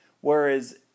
whereas